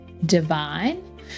divine